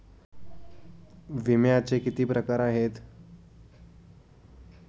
विम्याचे किती प्रकार आहेत?